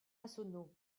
massonneau